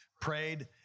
prayed